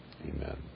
Amen